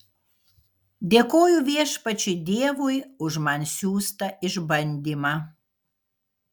dėkoju viešpačiui dievui už man siųstą išbandymą